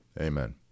Amen